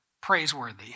praiseworthy